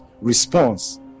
response